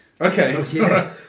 Okay